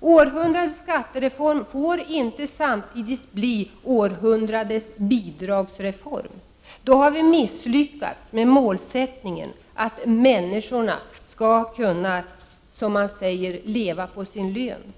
”Århundradets skattereform” får inte samtidigt bli ”århundradets bidragsreform” — då har vi misslyckats med målsättningen att människorna skall kunna ”leva på sin lön”.